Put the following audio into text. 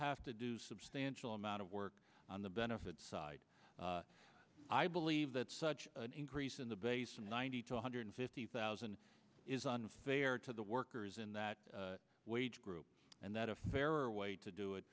have to do substantial amount of work on the benefits side i believe that such an increase in the base and ninety to one hundred fifty thousand is unfair to the workers in that wage group and that a fairer way to do it